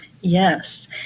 Yes